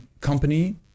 company